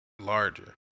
larger